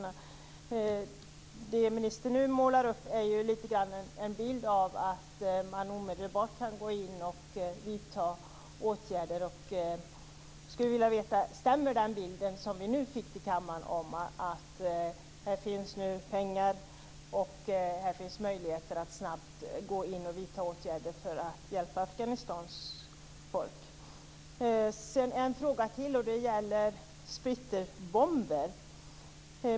Det som ministern nu målar upp är lite grann en bild av att man omedelbart kan gå in och vidta åtgärder. Stämmer den bild som vi nu fick att det nu finns pengar och möjligheter att snabbt gå in och vidta åtgärder för att hjälpa Afghanistans folk? Jag har en fråga till som gäller splitterbomber.